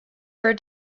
her